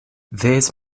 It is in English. this